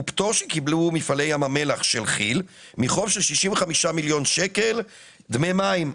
הוא פטור שקיבלו מפעלי ים המלח של כי"ל מחוב של 65 מיליון שקל דמי מים.